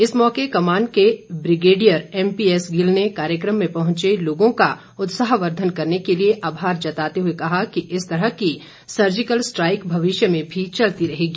इस मौके कमान के ब्रिगेडियर एमपीएस गिल ने कार्यक्रम में पहुंचे लोगों का उत्साहवर्धन करने के लिए आमार जताते हुए कहा कि इस तरह की सर्जिकल स्ट्राईक भविष्य में भी चलती रहेगी